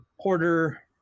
Porter